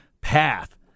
path